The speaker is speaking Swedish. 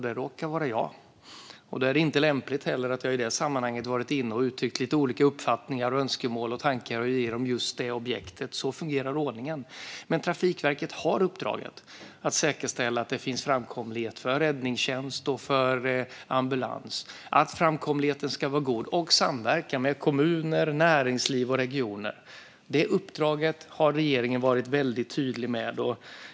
Det råkar vara jag, och då är det inte lämpligt att jag i sammanhanget har varit på plats och uttryckt lite olika uppfattningar, önskemål och tankar om just detta objekt. Så fungerar ordningen. Trafikverket har dock uppdraget att säkerställa framkomlighet för räddningstjänst och ambulans och att framkomligheten ska vara god. Man ska samverka med kommuner, näringsliv och regioner. Det uppdraget har regeringen varit väldigt tydlig med.